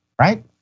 right